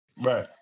Right